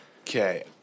okay